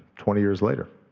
twenty years later.